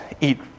eat